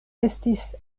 estis